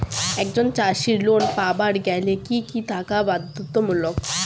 একজন চাষীর লোন পাবার গেলে কি কি থাকা বাধ্যতামূলক?